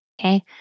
okay